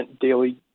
daily